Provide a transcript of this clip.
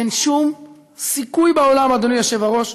אין שום סיכוי בעולם, אדוני היושב-ראש,